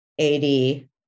80